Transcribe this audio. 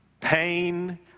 pain